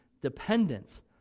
dependence